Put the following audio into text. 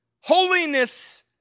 Holiness